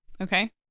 Okay